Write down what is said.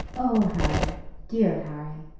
oh, harry dear harry!